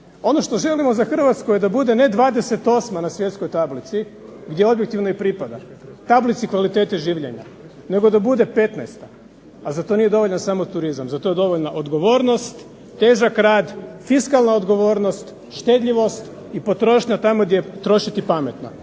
Ono što želimo za Hrvatsku je da bude ne 28 na svjetskoj tablici, gdje objektivno i pripada tablici kvalitete življenja, nego da bude 15, a za to nije dovoljan samo turizam. Za to je dovoljna odgovornost, težak rad, fiskalna odgovornost, štedljivost i potrošnja tamo gdje je trošiti pametno.